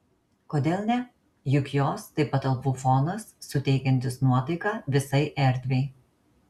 kodėl ne juk jos tai patalpų fonas suteikiantis nuotaiką visai erdvei